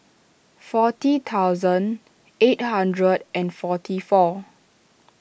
forty thousand eight hundred and forty four